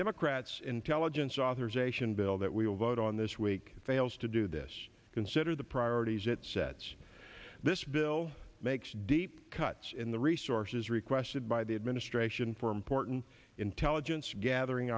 democrats intelligence authorization bill that we will vote on this week fails to do this consider the priorities it sets this bill makes deep cuts in the resources requested by the administration for important intelligence gathering